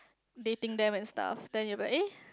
dating them and stuff then you'll be like eh